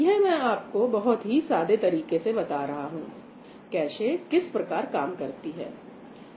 यह में आपको बहुत ही सादे तरीके से बता रहा हूं कैशे किस प्रकार काम करती है